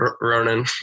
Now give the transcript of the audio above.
Ronan